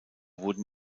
wurden